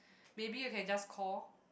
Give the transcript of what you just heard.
maybe you can just call